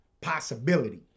possibility